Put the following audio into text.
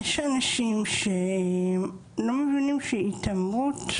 יש אנשים שלא מבינים שהתעמרות,